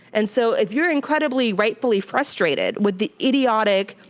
and so if you're incredibly rightfully frustrated with the idiotic,